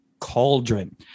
cauldron